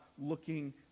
looking